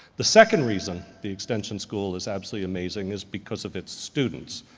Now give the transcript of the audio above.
the second reason the extension school is absolutely amazing is because of its students,